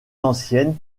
anciennes